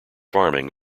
farming